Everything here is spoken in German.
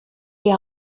die